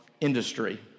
industry